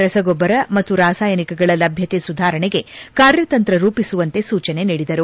ರಸಗೊಬ್ಬರ ಮತ್ತು ರಾಸಾಯನಿಕಗಳ ಲಭ್ಣತೆ ಸುಧಾರಣೆಗೆ ಕಾರ್ಯತಂತ್ರ ರೂಪಿಸುವಂತೆ ಸೂಚನೆ ನೀಡಿದರು